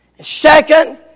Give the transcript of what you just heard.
second